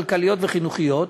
כלכליות וחינוכיות.